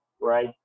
Right